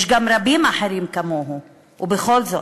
יש רבים אחרים כמוהו, ובכל זאת,